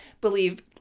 believe